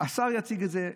השר יציג את זה,